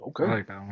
Okay